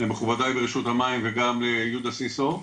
למכובדי ברשות המים וגם ליהודה סיסו,